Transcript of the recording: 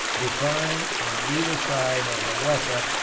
define, on either side of the weser,